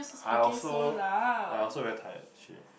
I also I also very tired actually